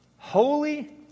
holy